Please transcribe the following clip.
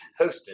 hosted